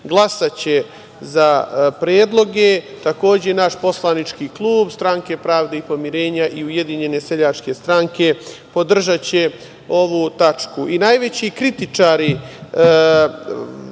glasaće za predloge, takođe i naš poslanički klub Stranke pravde i pomirenja i Ujedinjene seljačke stranke podržaće ovu tačku. Najveći kritičari